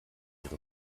ihre